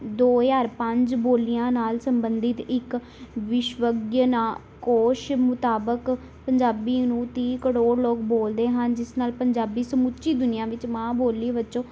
ਦੋ ਹਜ਼ਾਰ ਪੰਜ ਬੋਲੀਆਂ ਨਾਲ ਸੰਬੰਧਿਤ ਇੱਕ ਵਿਸ਼ਵਗਿਨਾ ਕੋਸ਼ ਮੁਤਾਬਕ ਪੰਜਾਬੀ ਨੂੰ ਤੀਹ ਕਰੋੜ ਲੋਕ ਬੋਲਦੇ ਹਨ ਜਿਸ ਨਾਲ ਪੰਜਾਬੀ ਸਮੁੱਚੀ ਦੁਨੀਆਂ ਵਿੱਚ ਮਾਂ ਬੋਲੀ ਵੱਜੋਂ